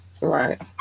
Right